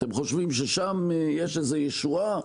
אתם חושבים ששם יש איזו ישועה?